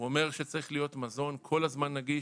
הוא אומר שצריך להיות מזון כל הזמן נגיש